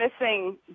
missing